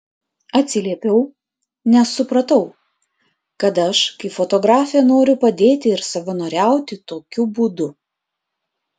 atsiliepiau nes supratau kad aš kaip fotografė noriu padėti ir savanoriauti tokiu būdu